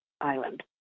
Island